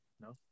No